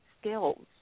skills